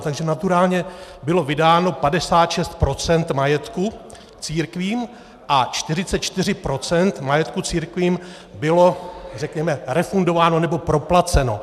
Takže naturálně bylo vydáno 56 % majetku církvím a 44 % majetku církvím bylo řekněme refundováno nebo proplaceno.